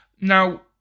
Now